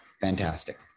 Fantastic